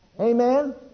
Amen